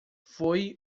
foi